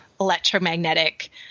electromagnetic